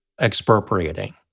expropriating